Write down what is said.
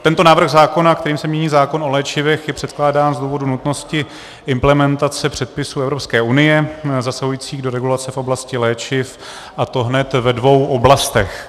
Tento návrh zákona, kterým se mění zákon o léčivech, je předkládán z důvodu nutnosti implementace předpisů Evropské unie zasahujících do regulace v oblasti léčiv, a to hned ve dvou oblastech.